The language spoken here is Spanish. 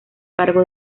cargo